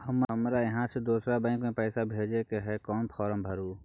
हमरा इहाँ से दोसर बैंक में पैसा भेजय के है, कोन फारम भरू?